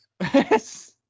Yes